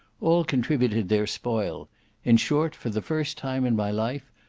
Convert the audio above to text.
all contributed their spoil in short, for the first time in my life,